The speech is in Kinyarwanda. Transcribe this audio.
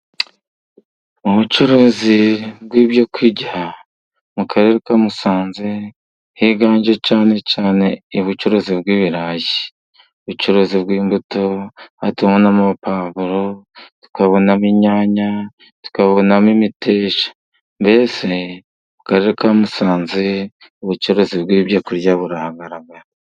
Mu bucuruzi bw'ibyo kurya mu karere ka Musanze higanjemo cyane cyane ubucuruzi bw'ibirayi, ubucuruzi bw'imbuto, aho tubonamo pavuro ,tukabonamo inyanya, tukabonamo imiteja ,mbese mu karere ka Musanze ubucuruzi bw'ibyo kurya burahagaragara.